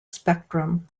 spectrum